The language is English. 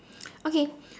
okay